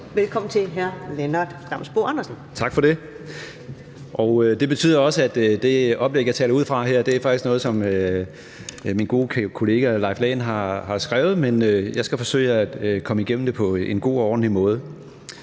(Ordfører) Lennart Damsbo-Andersen (S): Tak for det. Det betyder også, at det oplæg, jeg taler ud fra her, faktisk er noget, som min gode kollega Leif Lahn Jensen har skrevet, men jeg skal forsøge at komme igennem det på en god og ordentlig måde.